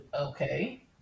okay